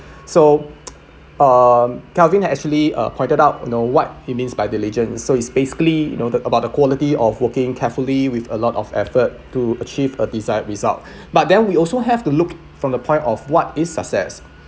so um calvin has actually uh pointed out you know what it means by diligence so it's basically you know the about the quality of working carefully with a lot of effort to achieve a desired result but then we also have to look from the point of what is success